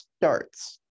starts